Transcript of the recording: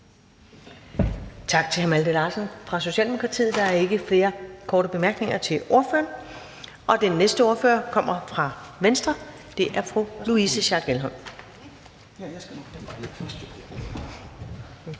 Tak til hr. Malte Larsen fra Socialdemokratiet. Der er ikke flere korte bemærkninger til ordføreren. Den næste ordfører kommer fra Venstre, og det er fru Louise Schack Elholm.